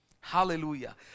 Hallelujah